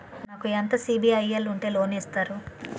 నాకు ఎంత సిబిఐఎల్ ఉంటే లోన్ ఇస్తారు?